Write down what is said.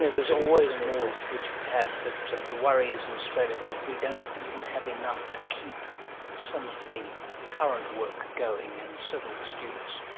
is is always more that you can have, but the worry is in australia that we don't even have enough to keep some of the current work going, and certainly the students.